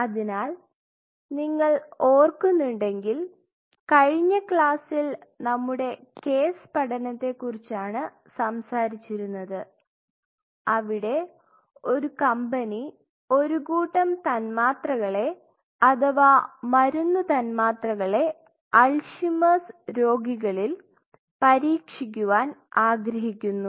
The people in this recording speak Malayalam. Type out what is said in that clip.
അതിനാൽ നിങ്ങൾ ഓർക്കുന്നുണ്ടെങ്കിൽ കഴിഞ്ഞ ക്ലാസ്സിൽ നമ്മുടെ കേസ് പഠനത്തെ കുറിച്ചാണ് സംസാരിച്ചിരുന്നത് അവിടെ ഒരു കമ്പനി ഒരു കൂട്ടം തന്മാത്രകളെ അഥവാ മരുന്ന് തന്മാത്രകളെ അൽഷിമേഴ്സ്Alzheimer's രോഗികളിൽ പരീക്ഷിക്കുവാൻ ആഗ്രഹിക്കുന്നു